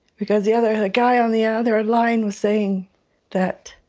because the other the guy on the other line was saying that